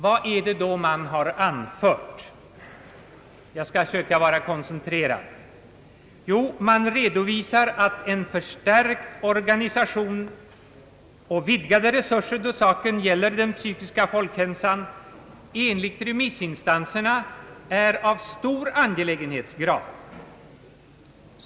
Vad är det då man har anfört? Man redovisar att en förstärkt organisation och vidgade resurser då det gäller den psykiska folkhälsan enligt remissinstanserna är av stor angelägenhetsgrad.